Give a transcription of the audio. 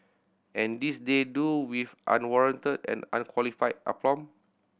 and this they do with unwarranted and unqualified aplomb